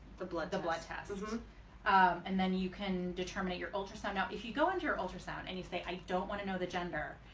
blood the blood tests and then you can determinate your ultrasound out if you go into your ultrasound and you say i don't want to know the gender